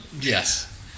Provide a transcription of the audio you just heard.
Yes